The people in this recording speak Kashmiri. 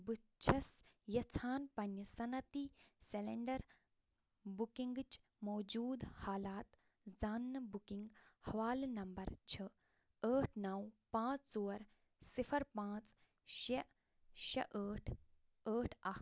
بہٕ چھیٚس یَژھان پننہِ صنعتی سلینٛڈر بُکِنٛگٕچ موٗجوٗد حالات زاننہٕ بُکِنٛگ حوالہٕ نمبر چھُ ٲٹھ نَو پانٛژھ ژور صِفر پانٛژھ شےٚ شےٚ ٲٹھ ٲٹھ اکھ